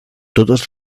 totes